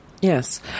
Yes